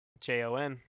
J-O-N